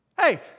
Hey